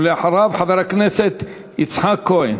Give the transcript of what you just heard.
ואחריו, חבר הכנסת יצחק כהן.